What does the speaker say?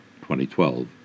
2012